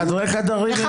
בחדרי חדרים הם אומרים.